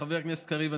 חבר הכנסת קריב.